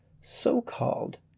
so-called